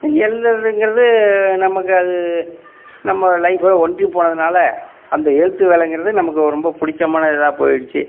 இங்கே எழுதுறதுங்கறது நமக்கு அது நம்மளோட லைஃப்போட ஒன்றி போனதுனால் அந்த எழுத்து வேலைங்கிறது நமக்கு ரொம்ப பிடிச்சமானதா போயிடுச்சு